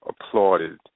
applauded